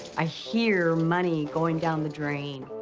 i hear money going down the drain.